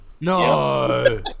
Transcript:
No